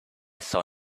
saw